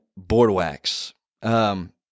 Boardwax